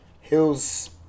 hills